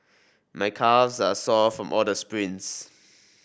my calves are sore from all the sprints